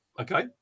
Okay